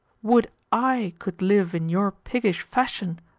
would i could live in your piggish fashion!